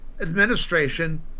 administration